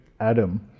Adam